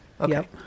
Okay